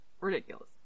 Ridiculous